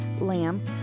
lamb